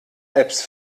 apps